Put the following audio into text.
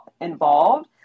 involved